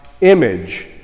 image